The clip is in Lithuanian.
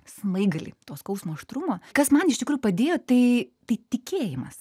smaigalį to skausmo aštrumo kas man iš tikrųjų padėjo tai tai tikėjimas